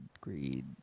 Greed